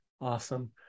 Awesome